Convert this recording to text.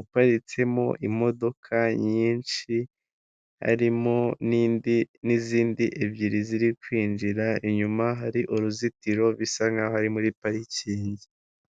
uparitsemo imodoka nyinshi harimo n'izindi ebyiri ziri kwinjira inyuma hari uruzitiro bisa nkaho ari muri parikingi.